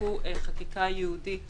שחוקקו חקיקה ייעודית